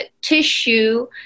tissue